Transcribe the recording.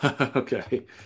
okay